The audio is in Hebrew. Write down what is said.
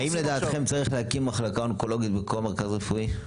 האם לדעתכם צריך להקים מחלקה אונקולוגית בכל מרכז רפואי?